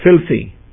filthy